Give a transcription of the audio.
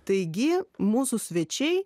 taigi mūsų svečiai